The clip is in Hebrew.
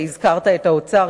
אני שמחה שהזכרת את האוצר,